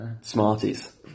Smarties